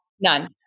none